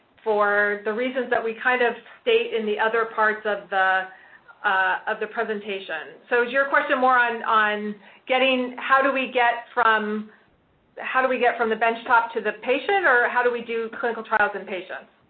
for the reasons that we kind of state in the other parts of the of the presentation. so, is your question more on on getting, how do we get from how do get from the bench top to the patient or how do we do clinical trials in patients?